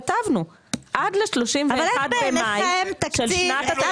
כתבנו עד ל-31 במאי של שנת התקציב.